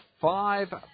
five